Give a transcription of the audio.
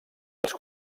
els